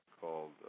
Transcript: called